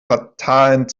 fatalen